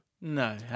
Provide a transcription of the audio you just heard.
no